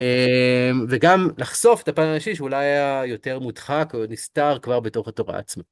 וגם לחשוף את הפן האישי שאולי היה יותר מודחק או נסתר כבר בתוך התורה עצמה.